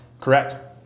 correct